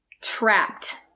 Trapped